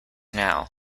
now